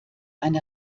eine